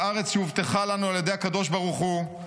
בארץ שהובטחה לנו על-ידי הקדוש ברוך הוא,